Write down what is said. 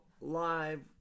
live